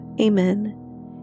amen